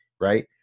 right